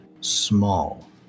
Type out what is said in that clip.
small